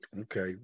Okay